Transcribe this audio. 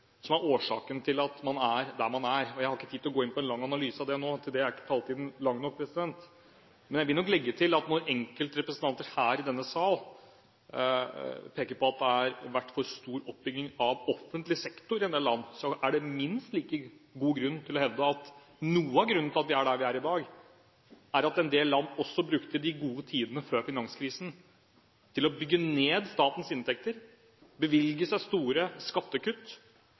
som er årsaken til at man er der man er. Jeg har ikke tid til å gå inn i en grundig analyse av det nå, til det er ikke taletiden lang nok. Jeg vil legge til at når enkeltrepresentanter her i denne salen peker på at det har vært for stor oppbygging av offentlig sektor i en del land, er det minst like god grunn til å hevde at noe av grunnen til at man er der man er i dag, er at en del land også brukte de gode tidene før finanskrisen til å redusere statens inntekter, bevilge seg store skattekutt,